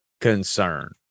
concern